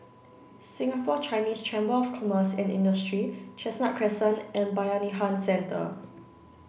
Singapore Chinese Chamber of Commerce and Industry Chestnut Crescent and Bayanihan Centre